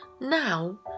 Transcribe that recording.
Now